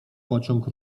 pociąg